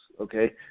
okay